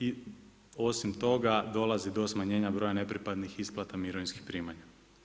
I osim toga dolazi do smanjenja broja nepripadnih isplata mirovinskih primanja.